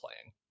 playing